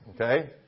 Okay